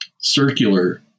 circular